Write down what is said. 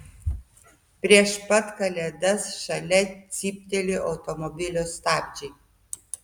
prieš pat kalėdas šalia cyptelėjo automobilio stabdžiai